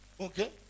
Okay